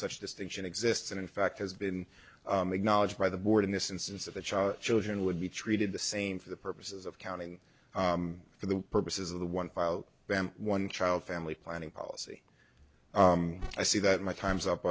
such distinction exists and in fact has been acknowledged by the board in this instance of the child children would be treated the same for the purposes of counting for the purposes of the one pile them one child family planning policy i see that my time's up